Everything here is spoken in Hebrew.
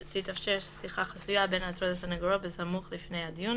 (2)תתאפשר שיחה חסויה בין העצור לסניגורו בסמוך לפני הדיון,